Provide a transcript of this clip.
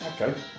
Okay